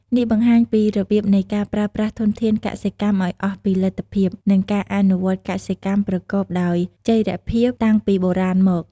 នេះបង្ហាញពីរបៀបនៃការប្រើប្រាស់ធនធានកសិកម្មឱ្យអស់ពីលទ្ធភាព និងការអនុវត្តកសិកម្មប្រកបដោយចីរភាពតាំងពីបុរាណមក។